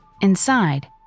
Inside